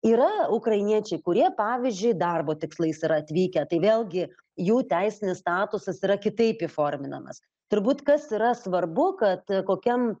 yra ukrainiečiai kurie pavyzdžiui darbo tikslais yra atvykę tai vėlgi jų teisinis statusas yra kitaip įforminamas turbūt kas yra svarbu kad kokiam